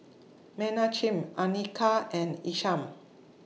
Menachem Anika and Isham